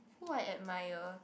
who I admire